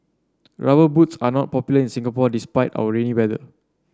rubber boots are not popular in Singapore despite our rainy weather